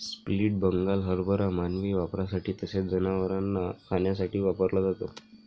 split Bengal हरभरा मानवी वापरासाठी तसेच जनावरांना खाण्यासाठी वापरला जातो